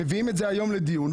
מביאים את זה היום לדיון,